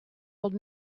old